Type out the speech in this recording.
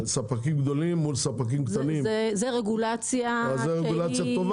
ספקים גדולים מול ספקים קטנים --- זו רגולציה שלא קיימת בחוק.